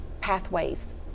pathways